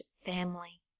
family